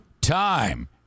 time